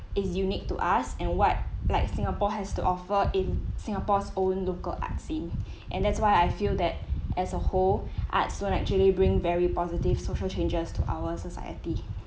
is unique to us and what like singapore has to offer in singapore's own local arts scene and that's why I feel that as a whole arts don't actually bring very positive social changes to our society